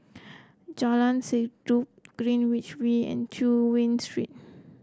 Jalan Sendudok Greenwich V and Chu Yen Street